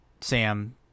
Sam